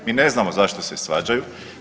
Mi ne znamo zašto se svađaju.